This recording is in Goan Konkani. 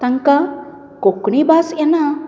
तांकां कोंकणी भास येना